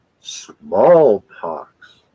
smallpox